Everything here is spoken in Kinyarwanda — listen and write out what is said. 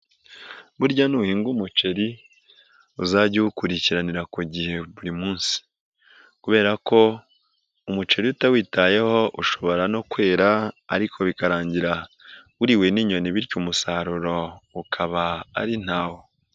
Burya nuhinga umuceri uzajye uwukurikiranira ku gihe buri munsi, kubera ko umuceri iyo utawitayeho ushobora no kwera ariko bikarangira uriwe n'inyoni bityo umusaruro ukaba ari ntawo.